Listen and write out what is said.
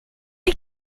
they